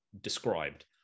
described